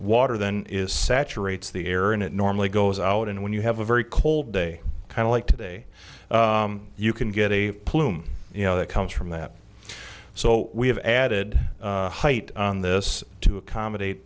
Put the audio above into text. water than is saturates the air and it normally goes out and when you have a very cold day kind of like today you can get a plume you know that comes from that so we have added height on this to accommodate